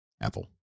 Apple